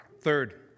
Third